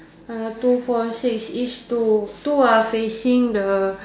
two four six each two two are facing the